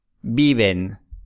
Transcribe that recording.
Viven